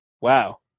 Wow